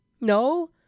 No